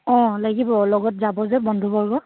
অঁ লাগিব লগত যাব যে বন্ধুবৰ্গ